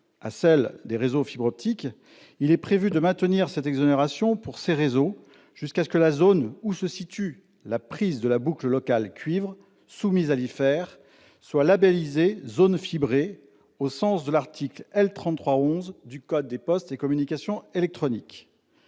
à celle des réseaux de fibre optique, il est prévu de maintenir cette exonération pour ces réseaux jusqu'à ce que la zone où se situe la prise de la boucle locale cuivre soumise à l'IFER soit labellisée « zone fibrée » au sens de l'article L33-11 du code des postes et des communications électroniques.